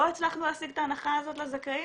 הצלחנו להשיג את ההנחה הזאת לזכאים,